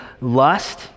lust